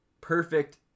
perfect